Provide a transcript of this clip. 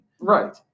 Right